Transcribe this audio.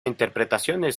interpretaciones